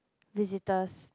visitors